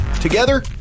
Together